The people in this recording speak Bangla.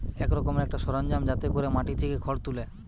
এক রকমের একটা সরঞ্জাম যাতে কোরে মাটি থিকে খড় তুলে